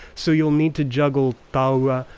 so you'll need to juggle taua,